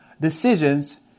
decisions